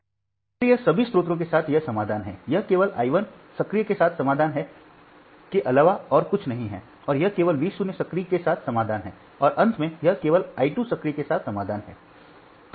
सक्रिय सभी स्रोतों के साथ यह समाधान है यह केवल I 1 सक्रिय के साथ समाधान के अलावा और कुछ नहीं है और यह केवल V 0 सक्रिय के साथ समाधान है और अंत में यह केवल I 2 सक्रिय के साथ समाधान है